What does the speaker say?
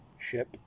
ship